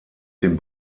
den